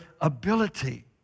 ability